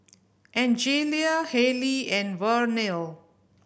Angelia Haylie and Vernelle